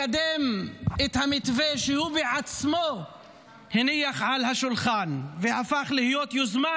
לקדם את המתווה שהוא בעצמו הניח על השולחן והפך להיות יוזמה,